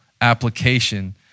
application